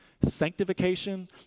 sanctification